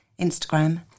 Instagram